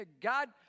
God